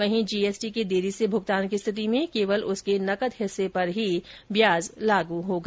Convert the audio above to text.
वहीं जीएसटी के देरी से भुगतान की स्थिति में केवल उसके नकद हिस्से पर ही ब्याज लागू होगा